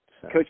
Coach